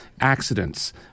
accidents